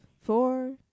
four